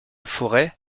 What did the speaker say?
forêt